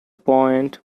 point